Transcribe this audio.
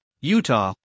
Utah